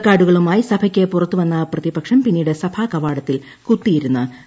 പ്തക്കാർഡുകളുമായി സഭയ്ക്ക് പുറത്തുവന്ന പ്രതിപക്ഷം പിന്നീട് സഭാ കവാടത്തിൽ കുത്തിയിരുന്ന് പ്രതിഷേധിച്ചു